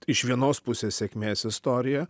iš vienos pusės sėkmės istorija